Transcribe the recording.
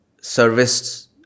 service